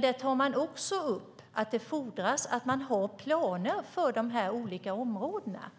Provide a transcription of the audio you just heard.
Där tar man också upp att det fordras att man har planer för de här olika områdena.